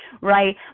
right